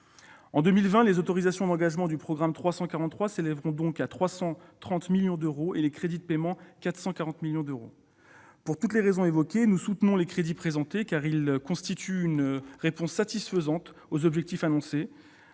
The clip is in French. En 2020, les autorisations d'engagement du programme 343 s'élèveront à 330 millions d'euros et les crédits de paiement à 440 millions d'euros. Pour toutes les raisons évoquées, nous soutenons les crédits qui sont présentés. Ils constituent une réponse satisfaisante aux objectifs annoncés